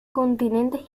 continentes